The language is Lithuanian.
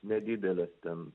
nedidelės ten